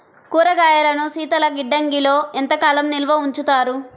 కూరగాయలను శీతలగిడ్డంగిలో ఎంత కాలం నిల్వ ఉంచుతారు?